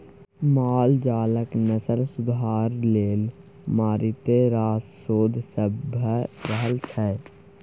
माल जालक नस्ल सुधार लेल मारिते रास शोध सब भ रहल छै